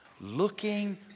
looking